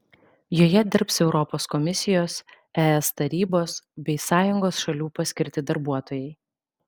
joje dirbs europos komisijos es tarybos bei sąjungos šalių paskirti darbuotojai